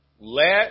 Let